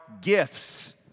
gifts